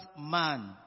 man